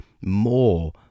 more